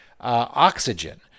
oxygen